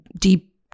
deep